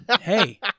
hey